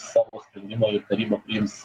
savo sprendimą ir taryba priims